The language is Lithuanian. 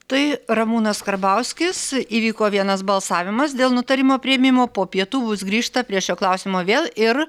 tai ramūnas karbauskis įvyko vienas balsavimas dėl nutarimo priėmimo po pietų bus grįžta prie šio klausimo vėl ir